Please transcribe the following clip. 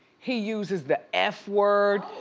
he uses the f word,